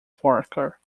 parker